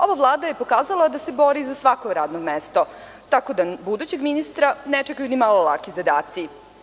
Ova Vlada je pokazala da se bori za svako radno mesto, tako da budućeg ministra ne čekaju ni malo laki zadaci.